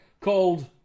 called